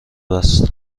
است